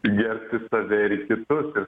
gerbti save ir kitus ir